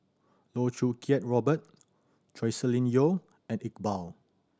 Loh Choo Kiat Robert Joscelin Yeo and Iqbal